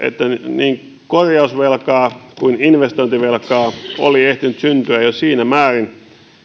niin korjausvelkaa kuin investointivelkaa oli ehtinyt syntyä jo siinä määrin